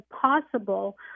possible